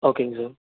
ஓகேங்க சார்